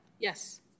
Yes